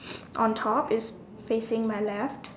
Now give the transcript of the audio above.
on top is facing my left